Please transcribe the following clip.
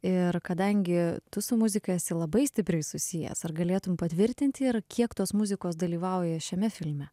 ir kadangi tu su muzika esi labai stipriai susijęs ar galėtum patvirtinti ir kiek tos muzikos dalyvauja šiame filme